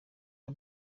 ngo